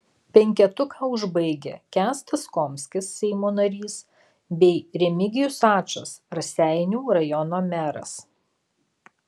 penketuką užbaigia kęstas komskis seimo narys bei remigijus ačas raseinių rajono meras